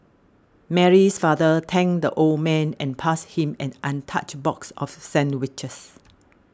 Mary's father thanked the old man and passed him an untouched box of sandwiches